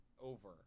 over